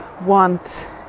want